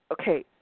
okay